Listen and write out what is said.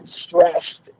stressed